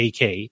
AK